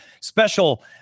special